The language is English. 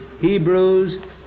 Hebrews